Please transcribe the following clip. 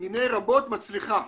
מני רבות מצליחה.